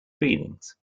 feelings